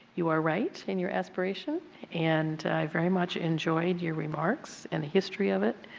you are right in your aspirations and i very much enjoyed your remarks and the history of it,